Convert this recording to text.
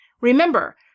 Remember